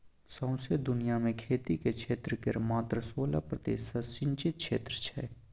सौंसे दुनियाँ मे खेतीक क्षेत्र केर मात्र सोलह प्रतिशत सिचिंत क्षेत्र छै